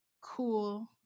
cool